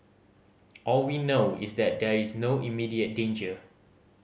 all we know is that there is no immediate danger